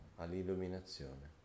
all'illuminazione